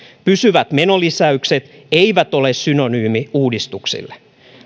pysyvät menolisäykset eivät ole synonyymi uudistuksille